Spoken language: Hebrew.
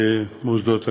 במוסדות אקדמיים.